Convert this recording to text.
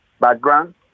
background